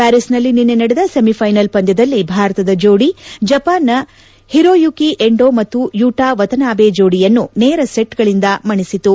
ಪ್ಕಾರಿಸ್ನಲ್ಲಿ ನಿನ್ನೆ ನಡೆದ ಸೆಮಿಫೈನಲ್ ಪಂದ್ಯದಲ್ಲಿ ಭಾರತದ ಜೋಡಿ ಜಪಾನ್ನ ಓರೊಯುಕಿ ಎಂಡೊ ಮತ್ತು ಯುಟಾ ವತನಾಬೆ ಜೋಡಿಯನ್ನು ನೇರ ಸೆಟ್ಗಳಿಂದ ಮಣಿಸಿತು